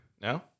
No